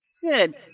Good